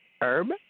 herb